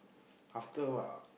after what